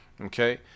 Okay